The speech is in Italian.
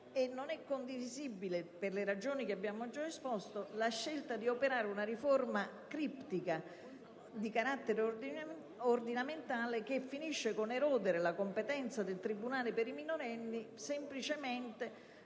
ordinario. Per le ragioni che abbiamo già esposto, non è condivisibile la scelta di operare una riforma criptica di carattere ordinamentale, che finisce con l'erodere la competenza del tribunale per i minorenni semplicemente